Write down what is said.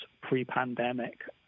pre-pandemic